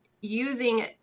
using